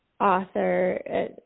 author –